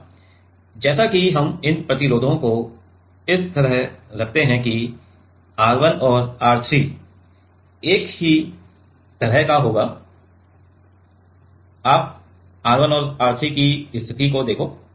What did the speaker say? अब जैसा कि हम इन प्रतिरोधों को इस तरह रखते हैं कि R 1 और R 3 एक ही तरह का होगा आप R 1 और R 3 की स्थिति देखो